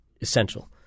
essential